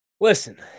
Listen